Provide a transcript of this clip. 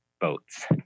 boats